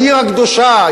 העיר הקדושה,